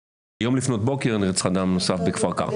היום לפנות בוקר נרצח אדם נוסף בכפר קרע,